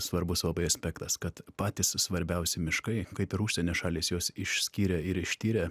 svarbus labai aspektas kad patys svarbiausi miškai kaip ir užsienio šalys juos išskyrė ir ištyrė